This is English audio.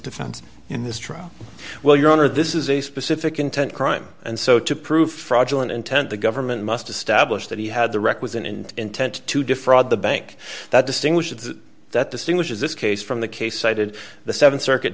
defense in this trial well your honor this is a specific intent crime and so to prove fraudulent intent the government must establish that he had the requisite and intent to defraud the bank that distinguishes that distinguishes this case from the case cited the seven circuit